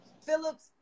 Phillips